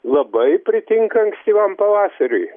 labai pritinka ankstyvam pavasariui